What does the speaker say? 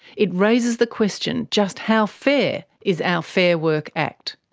it raises the question just how fair is our fair work act?